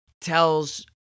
tells